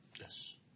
Yes